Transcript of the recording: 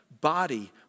body